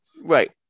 Right